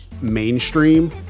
mainstream